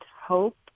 hope